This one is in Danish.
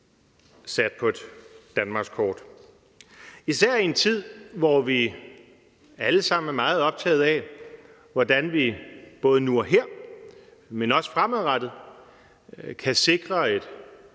sat på et danmarkskort – især i en tid, hvor vi alle sammen er meget optaget af, hvordan vi både nu og her, men også fremadrettet kan sikre et